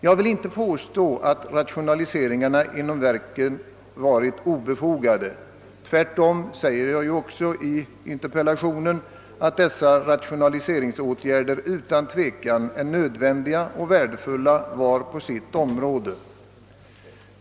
Jag vill inte påstå att rationaliseringarna inom verken varit obefogade — tvärtom har jag i interpellationen framhållit att dessa rationaliseringsåtgärder utan tvivel är nödvändiga och värdefulla var på sitt område.